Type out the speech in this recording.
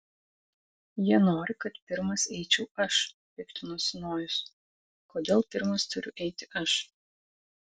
jie nori kad pirmas eičiau aš piktinosi nojus kodėl pirmas turiu eiti aš